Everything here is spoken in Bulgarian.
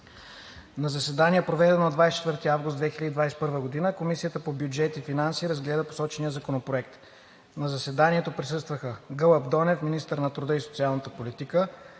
На заседание, проведено на 24 август 2021 г., Комисията по бюджет и финанси разгледа посочения законопроект. На заседанието присъстваха: Гълъб Донев – министър на труда и социалната политика;